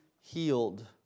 healed